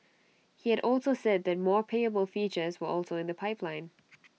he had also said that more payable features were also in the pipeline